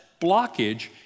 blockage